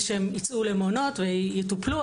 שייצאו למעונות ושיטופלו,